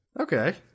Okay